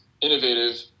innovative